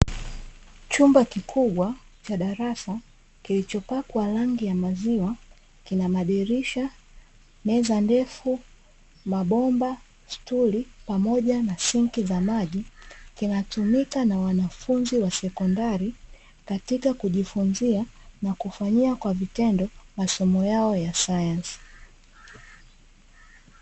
Chumba kikubwa cha darasa kilichopakwa rangi ya maziwa, kina madirisha, meza ndefu, mabomba, sturi pamoja na sinki za maji, kinatumika na wanafunzi wa sekondari katika kujifunzia na kufanyia kwa vitendo masomo yao ya sayansi.